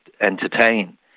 entertain